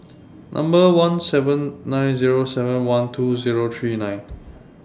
Number one seven nine Zero seven one two Zero three nine